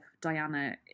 Diana